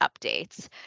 updates